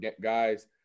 guys